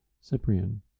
Cyprian